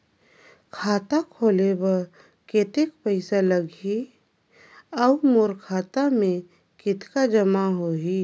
खाता खोले बर कतेक पइसा लगही? अउ मोर खाता मे कतका जमा होही?